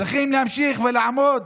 צריכים להמשיך ולעמוד